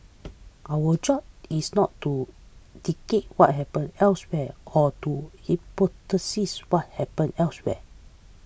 our job is not to dictate what happen elsewhere or to hypothesise what happen elsewhere